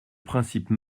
principe